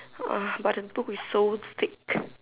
uh but the book is so thick